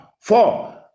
Four